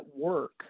work